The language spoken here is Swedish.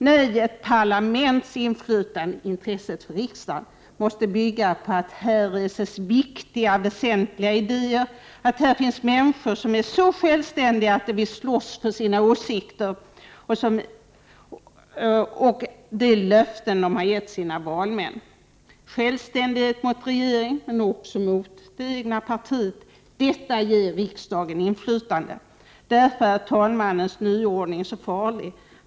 Nej, ett parlaments inflytande — intresset för riksdagen — måste bygga på att här reses viktiga, väsentliga idéer, att här finns människor som är så självständiga att de vill slåss för sina åsikter och de löften de har givit sina valmän. Självständighet mot regering, men också mot det egna partiet, detta ger riksdagen inflytande. Därför är talmannens nyordning så farlig.